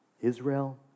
Israel